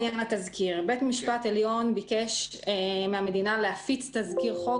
לעניין התזכיר - בית המשפט העליון ביקש מהמדינה להפיץ תזכיר חוק